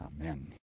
Amen